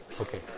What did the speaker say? okay